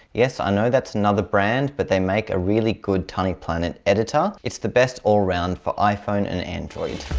yes i know that's another brand but they make a really good tiny planet editor it's the best all around for iphone and android